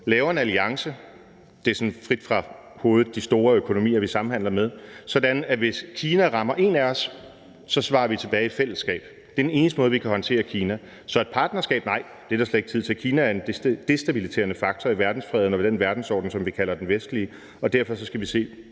laver en alliance – det er sådan frit fra hovedet de store økonomier, vi samhandler med – sådan at hvis Kina rammer en af os, svarer vi tilbage i fællesskab. Det er den eneste måde, vi kan håndtere Kina på. Så nej, vi skal ikke have et partnerskab. Det er der slet ikke tid til. Kina er en destabiliserende faktor i verdensfreden og ved den verdensorden, som vi kalder den vestlige. Derfor skal vi se